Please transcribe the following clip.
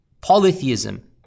polytheism